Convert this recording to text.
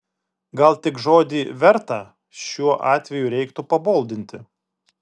gal tik žodį verta šiuo atveju reiktų paboldinti